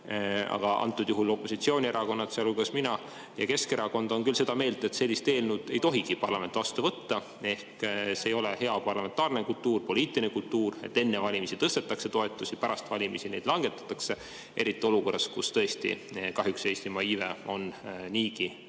Aga antud juhul opositsioonierakonnad, sealhulgas mina ja Keskerakond, on küll seda meelt, et sellist eelnõu ei tohigi parlament vastu võtta. See ei ole hea parlamentaarne kultuur, poliitiline kultuur, et enne valimisi tõstetakse toetusi, pärast valimisi neid langetatakse, eriti olukorras, kus tõesti Eestimaa iive